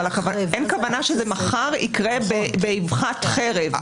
אין כוונה שזה מחר יקרה באבחת חרב.